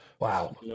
Wow